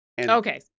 Okay